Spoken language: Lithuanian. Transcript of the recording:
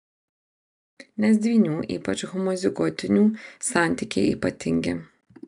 nes dvynių ypač homozigotinių santykiai ypatingi